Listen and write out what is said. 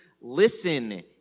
listen